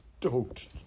Don't